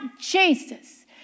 Jesus